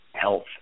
health